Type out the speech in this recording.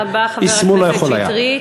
תודה רבה, חבר הכנסת שטרית.